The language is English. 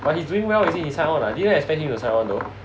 but he's doing well is it he sign on I didn't expect him to sign on though